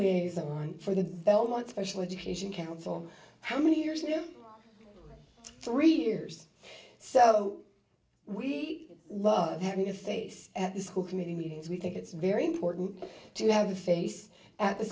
liaison for the belmont special education council how many years do three years so we love having to say this at the school committee meetings we think it's very important to have a face at the